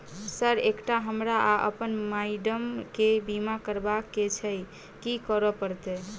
Sir एकटा हमरा आ अप्पन माइडम केँ बीमा करबाक केँ छैय की करऽ परतै?